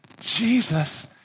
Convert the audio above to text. Jesus